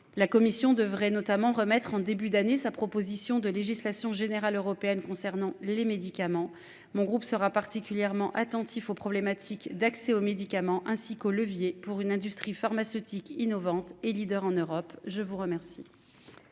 La commission devrait notamment remettre en début d'année sa proposition de législation générale européenne concernant les médicaments mon groupe sera particulièrement attentif aux problématiques d'accès aux médicaments, ainsi qu'aux levier pour une industrie pharmaceutique innovante et leader en Europe. Je vous remercie.